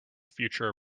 future